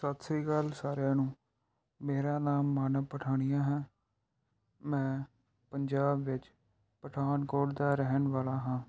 ਸਤਿ ਸ਼੍ਰੀ ਅਕਾਲ ਸਾਰਿਆਂ ਨੂੰ ਮੇਰਾ ਨਾਮ ਮਾਨਵ ਪਠਾਣੀਆ ਹੈ ਮੈਂ ਪੰਜਾਬ ਵਿੱਚ ਪਠਾਨਕੋਟ ਦਾ ਰਹਿਣ ਵਾਲਾ ਹਾਂ